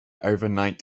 overnight